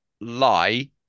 lie